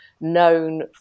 known